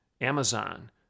Amazon